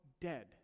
dead